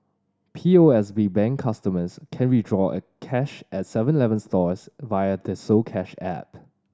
P O S B Bank customers can withdraw cash at Seven Eleven stores via the soCash app